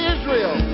Israel